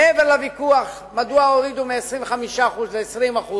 מעבר לוויכוח מדוע הורידו מ-25% ל-20%